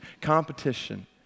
Competition